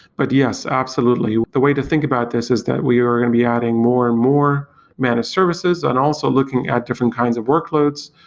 but yes, absolutely. the way to think about this is that we are going to be adding more and more managed services and also looking at different kinds of workloads.